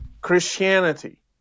Christianity